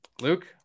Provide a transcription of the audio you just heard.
Luke